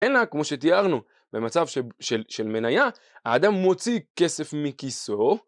אלא כמו שתיארנו במצב של מניה, האדם מוציא כסף מכיסו